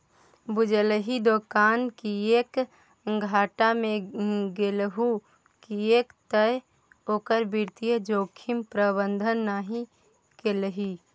बुझलही दोकान किएक घाटा मे गेलहु किएक तए ओकर वित्तीय जोखिम प्रबंधन नहि केलही